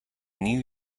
new